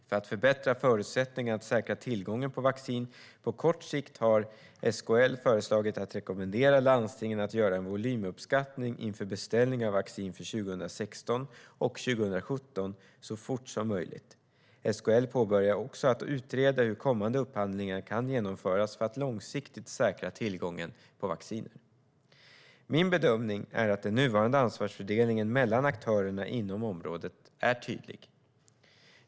För att förbättra förutsättningarna för att säkra tillgången på vaccin på kort sikt har SKL föreslagit att rekommendera landstingen att göra en volymuppskattning inför beställningar av vaccin för 2016 och 2017 så fort som möjligt. SKL påbörjar också en utredning av hur kommande upphandlingar kan genomföras för att långsiktigt säkra tillgången på vacciner. Min bedömning är att den nuvarande ansvarsfördelningen mellan aktörerna inom området är tydlig.